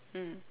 mm